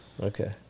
okay